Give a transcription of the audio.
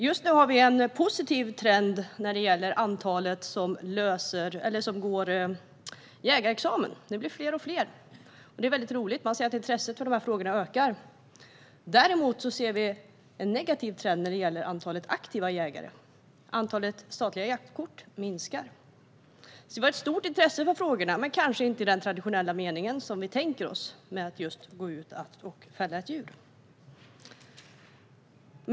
Just nu har vi en positiv trend när det gäller antalet som tar jägarexamen: De blir fler och fler. Det är väldigt roligt att se att intresset för dessa frågor ökar. Däremot ser vi en negativ trend när det gäller antalet aktiva jägare. Antalet statliga jaktkort minskar. Det finns alltså ett stort intresse för frågorna, men kanske inte i den traditionella mening vi tänker oss: att gå ut och fälla ett djur.